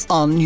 on